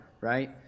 Right